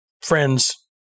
friends